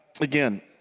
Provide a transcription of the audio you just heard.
again